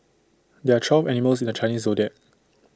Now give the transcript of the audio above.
there are twelve animals in the Chinese Zodiac